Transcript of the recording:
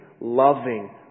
loving